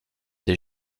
des